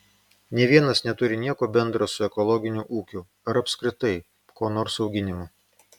nė vienas neturi nieko bendra su ekologiniu ūkiu ar apskritai ko nors auginimu